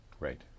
Right